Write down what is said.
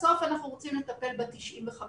בסוף אנחנו רוצים לטפל ב-95%